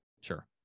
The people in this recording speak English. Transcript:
Sure